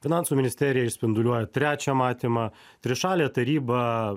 finansų ministerija išspinduliuoja trečią matymą trišalė taryba